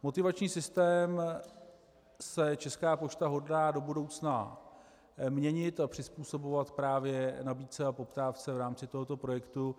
Motivační systém Česká pošta hodlá do budoucna měnit a přizpůsobovat právě nabídce a poptávce v rámci tohoto projektu.